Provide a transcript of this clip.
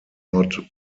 not